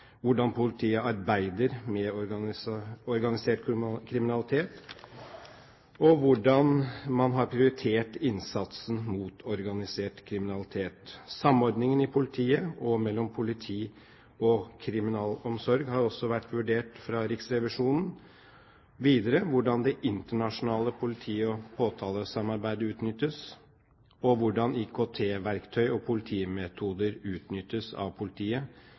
hvordan politiet arbeider med organisert kriminalitet, og hvordan man har prioritert innsatsen mot organisert kriminalitet. Samordningen i politiet og mellom politi og kriminalomsorg har også vært vurdert i Riksrevisjonen, videre hvordan det internasjonale politi- og påtalesamarbeidet utnyttes, og hvordan IKT-verktøy og politimetoder utnyttes av politiet